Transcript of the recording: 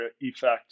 effect